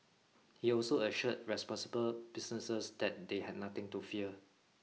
he also assured responsible businesses that they had nothing to fear